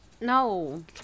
No